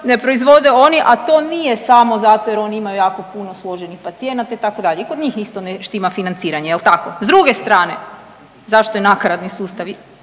proizvode oni, a to nije samo zato jer oni imaju jako puno složenih pacijenata itd. i kod njih isto ne štima financiranje jel tako. S druge strane zašto je nakaradni sustav,